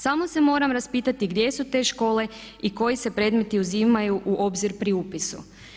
Samo se moram raspitati gdje su te škole i koji se predmeti uzimaju u obzir pri upisu.